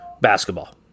basketball